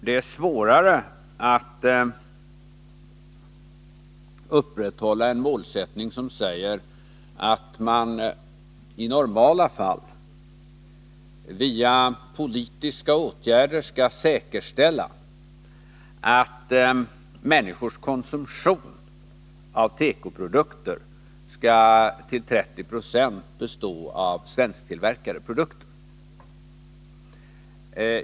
Det är svårare att upprätthålla en målsättning som säger att man i normala fall via politiska åtgärder skall säkerställa att människors konsumtion av tekoprodukter till 30 26 gäller svensktillverkade produkter.